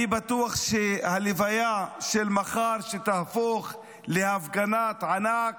אני בטוח שהלוויה של מחר, שתהפוך להפגנת ענק,